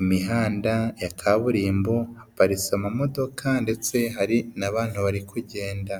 imihanda ya kaburimbo, haparitse amamodoka ndetse hari n'abantu bari kugenda.